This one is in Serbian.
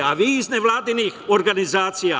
A vi iz nevladinih organizacija?